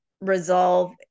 resolve